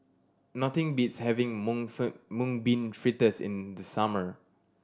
nothing beats having mung Mung Bean Fritters in the summer